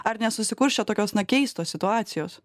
ar ne susikurs čia tokios na keistos situacijos